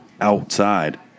outside